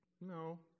no